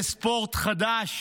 יש ספורט חדש